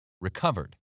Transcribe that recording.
recovered